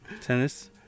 Tennis